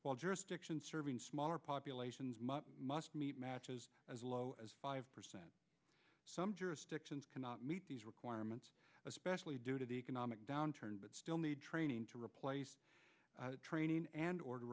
while jurisdictions serving smaller populations must meet matches as low as five percent some jurisdictions cannot meet these requirements especially due to the economic downturn but still need training to replace training and or